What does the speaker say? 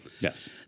Yes